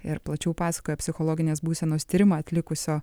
ir plačiau pasakoja psichologinės būsenos tyrimą atlikusio